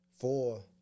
four